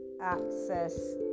access